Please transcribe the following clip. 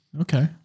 Okay